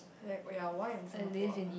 like oh yeah why in Singapore